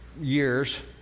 years